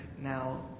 now